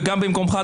וגם במקומך,